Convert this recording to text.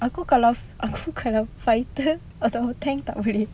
aku kalau aku kalau fighter atau tank tak boleh